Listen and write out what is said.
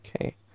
Okay